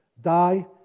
die